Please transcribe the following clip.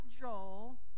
Joel